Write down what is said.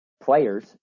players